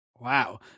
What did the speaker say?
Wow